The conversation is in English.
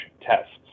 tests